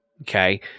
okay